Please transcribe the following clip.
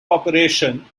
operation